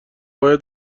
باید